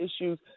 issues